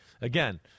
Again